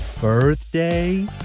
birthday